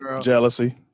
Jealousy